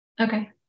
Okay